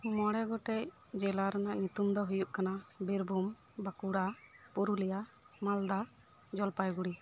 ᱢᱚᱬᱮ ᱜᱚᱴᱮᱱ ᱡᱮᱞᱟ ᱨᱮᱭᱟᱜ ᱧᱩᱛᱢ ᱫᱚ ᱦᱩᱭᱩᱜ ᱠᱟᱱᱟ ᱵᱤᱨᱵᱷᱩᱢ ᱵᱟᱸᱠᱩᱲᱟ ᱯᱩᱨᱩᱞᱤᱭᱟ ᱢᱟᱞᱫᱟ ᱡᱚᱞᱯᱟᱭᱜᱩᱲᱤ